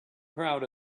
proud